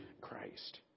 Christ